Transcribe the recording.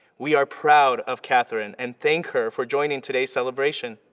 we are proud of katherine, and thank her for joining today's celebration.